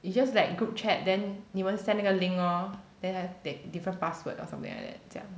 it's just like group chat then 你们 send 那个 link lor they have different password or something like that 这样